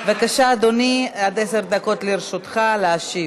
בבקשה, אדוני, עד עשר דקות לרשותך להשיב.